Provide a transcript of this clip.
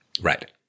Right